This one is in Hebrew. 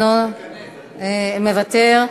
מוותר,